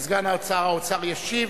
סגן שר האוצר, ישיב.